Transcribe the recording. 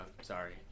sorry